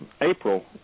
April